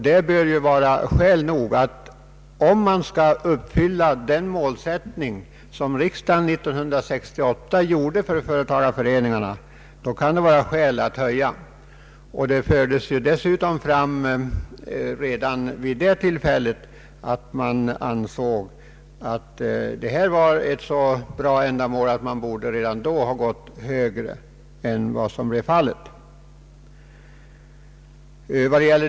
Det bör vara skäl nog för att höja bidragsbeloppet. Ett annat skäl är att den av riksdagen år 1968 uppdragna målsättningen för företagareföreningarna skall kunna uppfyllas. Redan då ansåg man att det var ett så angeläget ändamål att ge dessa lån att bidragsbeloppet borde ha blivit större än det blev.